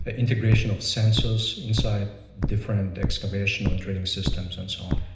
integration of sensors inside different excavation or drilling systems and so on.